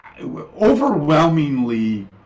Overwhelmingly